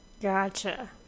Gotcha